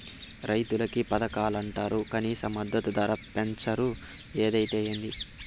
రైతులకి పథకాలంటరు కనీస మద్దతు ధర పెంచరు ఏదైతే ఏంది